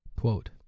Quote